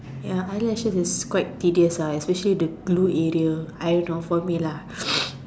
ya eyelashes is quite tedious ah especially the glue area I don't know for me lah